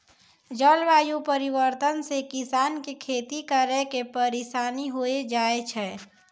जलवायु परिवर्तन से किसान के खेती करै मे परिसानी होय जाय छै